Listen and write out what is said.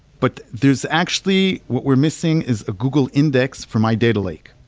but there's actually what we're missing is a google index for my data lake.